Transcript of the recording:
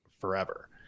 forever